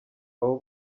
abo